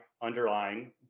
underlying